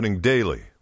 daily